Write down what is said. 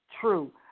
true